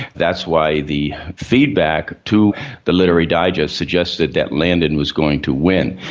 that's why the feedback to the literary digest suggested that landon was going to win.